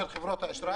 הוא לא אמר את זה.